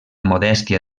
modèstia